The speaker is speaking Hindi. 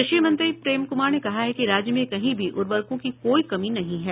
कृषि मंत्री प्रेम कुमार ने कहा है कि राज्य में कहीं भी उर्वरकों की कोई कमी नहीं है